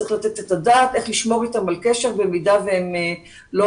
צריך לתת את הדעת איך לשמור איתם על קשר במידה והם לא